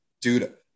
dude